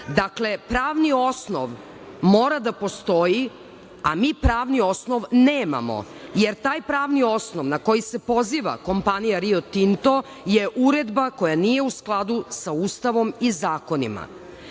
pravni osnov mora da postoji, a mi pravni osnov nemamo, jer taj pravni osnov na koji se poziva kompanija Rio Tinto je uredba koja nije u skladu sa Ustavom i zakonima,